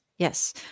Yes